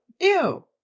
Ew